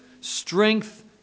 Strength